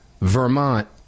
Vermont